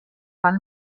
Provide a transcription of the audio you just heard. fan